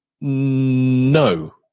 No